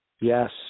Yes